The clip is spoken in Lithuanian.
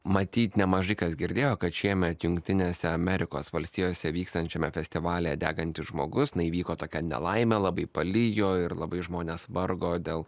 matyt nemažai kas girdėjo kad šiemet jungtinėse amerikos valstijose vykstančiame festivalyje degantis žmogus na įvyko tokia nelaimė labai palijo ir labai žmonės vargo dėl